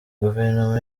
guverinoma